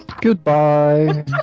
Goodbye